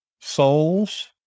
souls